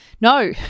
No